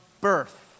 birth